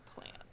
plan